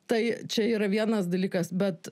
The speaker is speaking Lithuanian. tai čia yra vienas dalykas bet